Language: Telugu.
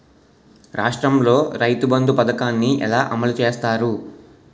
రాష్ట్రంలో రైతుబంధు పథకాన్ని ఎలా అమలు చేస్తారు?